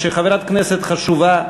כשחברת כנסת חשובה,